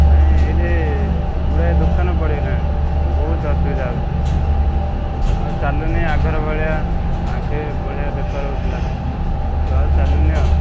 ନାଇଁ ଏଇଠି ଗୁଡ଼ାଏ ଦୋକାନ ପଡ଼ିଗଲାଣି ବହୁତ ଅସୁବିଧା ହେଉଛି ଆଉ ଚାଲୁନି ଆଘର ଭଳିଆ ଆଘେ ବଢ଼ିଆ ବେପାର ହେଉଥିଲା ଏବେ ଆଉ ଚାଲୁନି ଆଉ